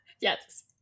Yes